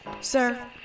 Sir